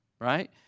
right